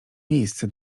miejsce